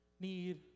need